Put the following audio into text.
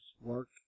work